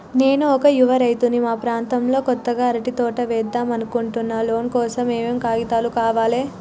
నేను ఒక యువ రైతుని మా ప్రాంతంలో కొత్తగా అరటి తోట ఏద్దం అనుకుంటున్నా లోన్ కోసం ఏం ఏం కాగితాలు కావాలే?